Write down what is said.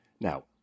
Now